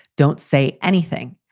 don't say anything.